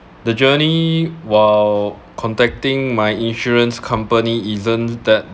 the journey while contacting my insurance company isn't that